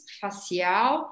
facial